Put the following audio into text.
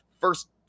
first